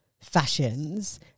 fashions